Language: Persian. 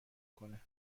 کنه